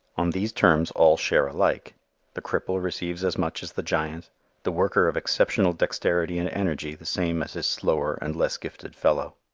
on these terms all share alike the cripple receives as much as the giant the worker of exceptional dexterity and energy the same as his slower and less gifted fellow.